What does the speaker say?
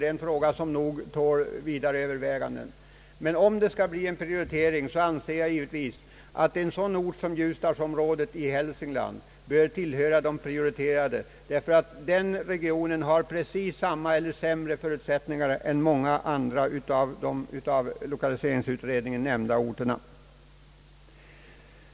Det är nog en fråga som tål vidare övervägande. Men om det skall ske en prioritering, så anser jag givetvis att en sådan bygd som Ljusdalsområdet i Hälsingland bör tillhöra de prioterade. Den regionen har precis samma förutsättningar som många andra av de orter som nämns av lokaliseringsutredningen.